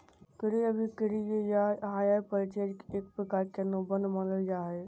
क्रय अभिक्रय या हायर परचेज एक प्रकार के अनुबंध मानल जा हय